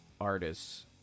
artists